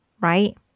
right